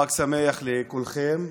חג שמח לכולכם,